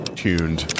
tuned